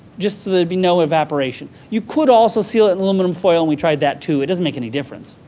just so there would be no evaporation. you could also seal it in aluminum foil. we tried that, too, and it doesn't make any difference.